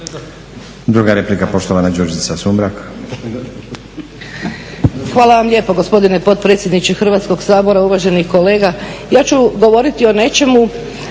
Druga replika, poštovana Đurđica Sumrak. **Sumrak, Đurđica (HDZ)** Hvala vam lijepo gospodine potpredsjedniče Hrvatskog sabora. Uvaženi kolega, ja ću govoriti o nečemu